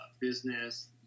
business